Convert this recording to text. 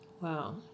Wow